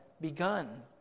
begun